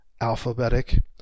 alphabetic